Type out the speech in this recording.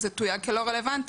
אם זה תויג כלא רלוונטי.